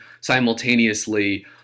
simultaneously